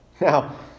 Now